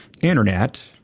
internet